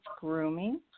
grooming